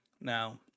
Now